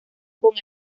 con